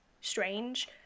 strange